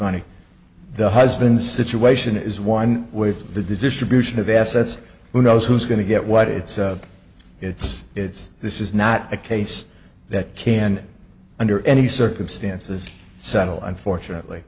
money the husband's situation is one with the distribution of assets who knows who's going to get what it's it's it's this is not a case that can under any circumstances settle unfortunately